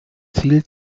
ziel